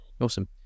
awesome